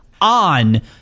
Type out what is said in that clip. on